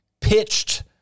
pitched